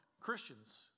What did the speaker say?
Christians